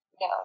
No